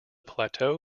plateau